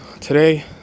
today